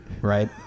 right